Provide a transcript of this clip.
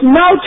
no